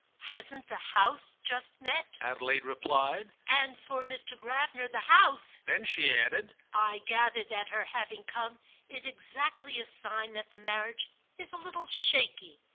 hasn't the house just met? adelaide replied. and for mr. gravener the house! then she added i gather that her having come is exactly a sign that the marriage is a little shaky.